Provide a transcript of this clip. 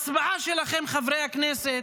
חברי הכנסת,